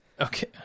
Okay